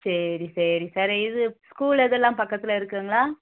சரி சரி சார் இது ஸ்கூல் இதெல்லாம் பக்கத்தில் இருக்குதுங்களா